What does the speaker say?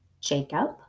Jacob